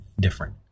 different